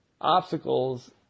obstacles